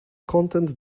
content